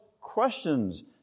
questions